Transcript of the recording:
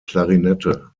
klarinette